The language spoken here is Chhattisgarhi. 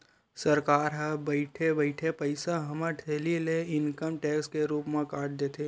सरकार ह बइठे बइठे पइसा हमर थैली ले इनकम टेक्स के रुप म काट देथे